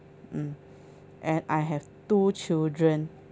mm and I have two children